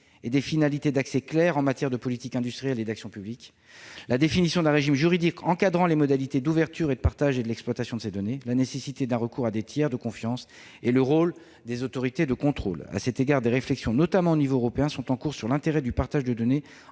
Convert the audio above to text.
et des finalités d'accès claires en matière de politique industrielle et d'action publique, la définition d'un régime juridique encadrant les modalités d'ouverture, de partage et d'exploitation de ces données, la nécessité d'un recours à des tiers de confiance et le rôle des autorités de contrôle. À cet égard, des réflexions sont en cours, notamment au niveau européen, sur l'intérêt du partage de données